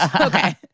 Okay